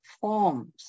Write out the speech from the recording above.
forms